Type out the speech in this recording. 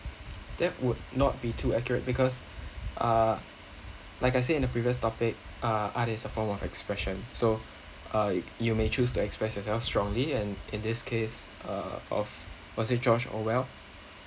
that would not be too accurate because uh like I said in the previous topic uh art is a form of expression so uh you may choose to express yourself strongly and in this case uh of was it george orwell